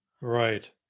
Right